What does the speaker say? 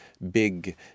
big